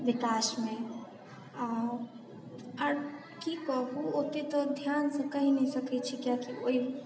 विकासमे आओर कि कहू ओते तऽ ध्यानसँ कहि नहि सकैत छी किआकि ओहि